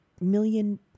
million